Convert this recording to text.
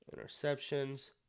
interceptions